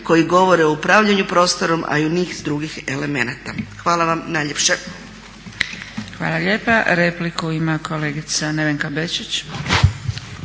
koji govori o upravljanju prostorom, a i u niz drugih elemenata. Hvala vam najljepša. **Zgrebec, Dragica (SDP)** Hvala lijepa. Repliku ima kolegica Nevenka Bečić.